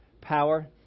power